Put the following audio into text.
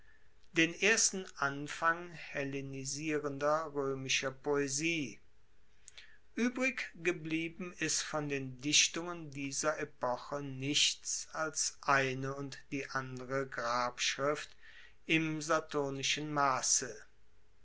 den ersten anfang hellenisierender roemischer poesie uebrig geblieben ist von den dichtungen dieser epoche nichts als eine und die andere grabschrift im saturnischen masse